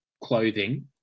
clothing